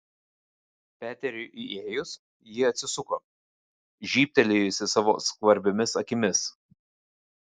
peteriui įėjus ji atsisuko žybtelėjusi savo skvarbiomis akimis